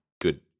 good